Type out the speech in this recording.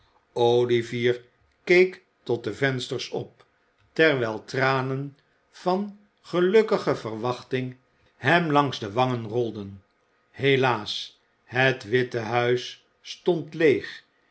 olivier keek tot de vensters op terwijl tranen van gelukkige verwachting hem langs de wangen rolden helaas het witte huis stond leeg